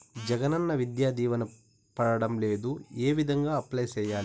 జగనన్న విద్యా దీవెన పడడం లేదు ఏ విధంగా అప్లై సేయాలి